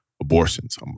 abortions